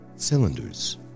cylinders